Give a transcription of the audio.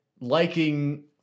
liking